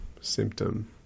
symptom